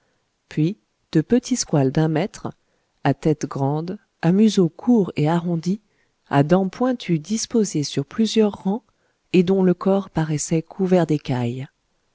puis de petits squales d'un mètre à tête grande à museau court et arrondi à dents pointues disposées sur plusieurs rangs et dont le corps paraissait couvert d'écailles